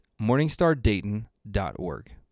MorningstarDayton.org